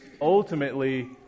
ultimately